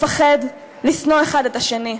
לפחד, לשנוא אחד את השני,